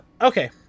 Okay